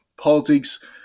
politics